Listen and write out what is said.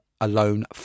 alone